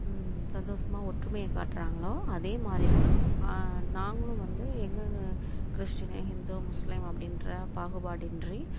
சந்தோஷமாக ஒற்றுமையை காட்டுறாங்களோ அதேமாதிரி தான் நாங்களும் வந்து எங்கெங்கே கிறிஸ்டினு இந்து முஸ்லீம் அப்படீன்ற பாகுபாடு இன்றி